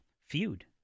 feud